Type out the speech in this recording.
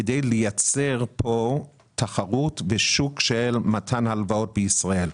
כדי לייצר כאן תחרות בשוק של מתן הלוואות בישראל.